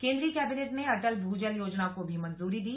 केंद्रीय कैबिनेट ने अटल भूजल योजना को भी मंजूरी दी